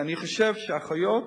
כי אני חושב שאחיות,